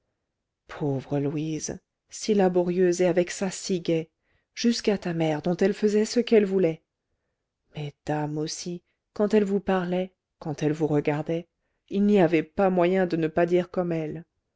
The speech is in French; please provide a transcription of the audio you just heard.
pauvre louise si laborieuse et avec ça si gaie jusqu'à ta mère dont elle faisait ce qu'elle voulait mais dame aussi quand elle vous parlait quand elle vous regardait il n'y avait pas moyen de ne pas dire comme elle